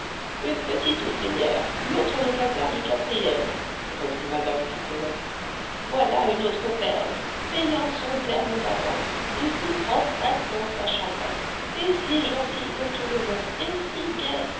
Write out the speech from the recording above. une petite ouvrière l'autre locataire du quatrième reprit mme pipelet voilà une autre perle payant son terme d'avance et si proprette dans sa chambrette et si gentille pour tout le monde et si gaie